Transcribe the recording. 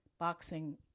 Boxing